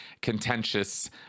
contentious